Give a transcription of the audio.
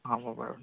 হ'ব বাৰু দিয়ক